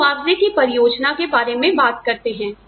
हम मुआवजे की परियोजना के बारे में बात करते हैं